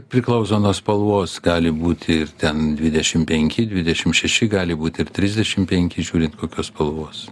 priklauso nuo spalvos gali būti ir ten dvidešim penki dvidešim šeši gali būti ir trisdešim penki žiūrint kokios spalvos